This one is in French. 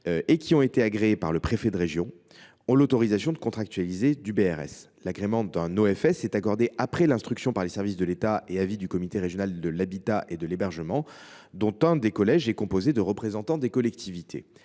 et qui ont été agréés par le préfet de région, sont autorisés à conclure un BRS. L’agrément d’un OFS est accordé après instruction par les services de l’État et avis du comité régional de l’habitat et de l’hébergement (CRHH), dont un des collèges est composé de représentants des collectivités.